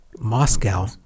Moscow